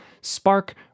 Spark